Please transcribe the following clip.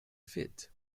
fit